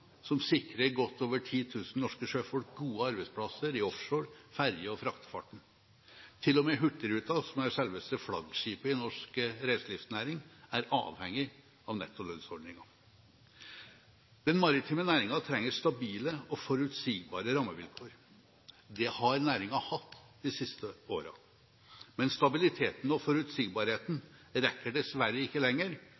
som sikrer godt over 10 000 norske sjøfolk gode arbeidsplasser i offshore, ferge- og fraktefarten. Til og med Hurtigruten, som er selveste flaggskipet i norsk reiselivsnæring, er avhengig av nettolønnsordningen. Den maritime næringen trenger stabile og forutsigbare rammevilkår. Det har næringen hatt de siste årene. Men stabiliteten og forutsigbarheten